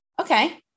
okay